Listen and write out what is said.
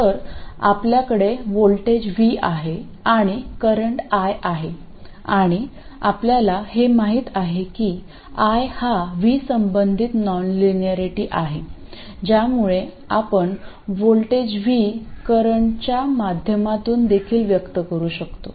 तर आपल्याकडे voltage V आहे आणि करंट I आहे आणि आपल्याला हे माहित आहे की I हा V संबंधित नॉनलिनिरेटी आहे ज्यामुळे आपण व्होल्टेज V करंटच्यामाध्यमातून देखील व्यक्त करू शकतो